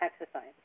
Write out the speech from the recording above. exercise